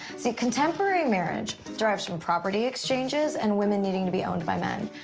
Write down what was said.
see, contemporary marriage derives from property exchanges and women needing to be owned by men.